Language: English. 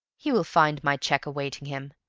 he will find my check awaiting him,